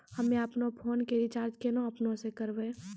हम्मे आपनौ फोन के रीचार्ज केना आपनौ से करवै?